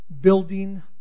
building